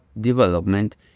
development